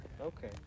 Okay